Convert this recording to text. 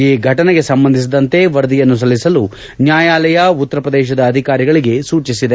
ಈ ಘಟನೆಗೆ ಸಂಬಂಧಿಸಿದಂತೆ ವರದಿಯನ್ನು ಸಲ್ಲಿಸಲು ನ್ಯಾಯಾಲಯ ಉತ್ತರ ಪ್ರದೇಶ ಅಧಿಕಾರಿಗಳಿಗೆ ಸೂಚಿಸಿದೆ